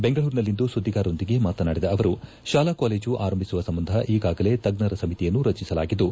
ಬೆಂಗಳೂರಿನಲ್ಲಿಂದು ಸುದ್ದಿಗಾರರೊಂದಿಗೆ ಮಾತನಾಡಿದ ಅವರು ಶಾಲಾ ಕಾಲೇಜು ಆರಂಭಿಸುವ ಸಂಬಂಧ ಈಗಾಗಲೇ ತಜ್ಞರ ಸಮಿತಿಯನ್ನು ರಚಿಸಲಾಗಿದ್ದು